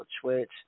twitch